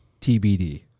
TBD